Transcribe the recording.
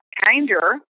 kinder